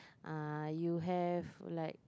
uh you have like